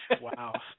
wow